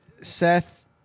Seth